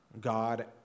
God